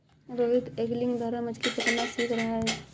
Rohit angling द्वारा मछ्ली पकड़ना सीख रहा है